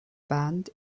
band